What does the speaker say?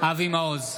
אבי מעוז,